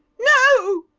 no!